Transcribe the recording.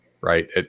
Right